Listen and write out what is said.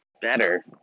better